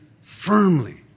firmly